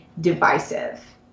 divisive